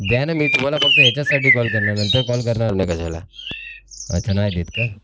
द्या ना मी तुम्हाला फक्त याच्याचसाठी कॉल करणार नंतर कॉल करणार नाही कशाला अच्छा नाही देत का